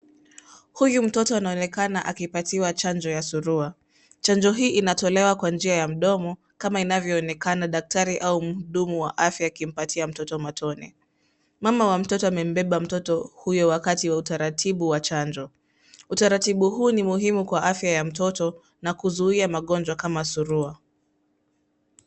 Huyu mtoto anaonekana akipatiwa chanjo ya surua. Chanjo hii inatolewa kwa njia ya mdomo kama inavyoonekana daktari au mhudumu wa afya akimpatia mtoto matone. Mama wa mtoto amembeba mtoto huyo wakati utaratibu wa chanjo. Utaratibu huu ni muhimu kwa afya ya mtoto na kuzuia magonjwa kama surua.